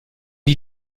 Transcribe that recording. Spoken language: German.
die